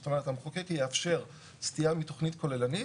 זאת אומרת המחוקק יאפשר סטייה מתכנית כוללנית,